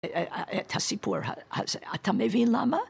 את הסיפור הזה. אתה מבין למה?